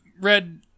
red